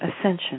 ascension